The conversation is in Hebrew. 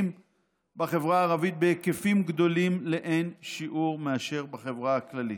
בחברה הערבית בהיקפים גדולים לאין שיעור מאשר בחברה הכללית.